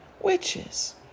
witches